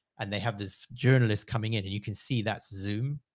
and they have this journalists coming in and you can see that zoom.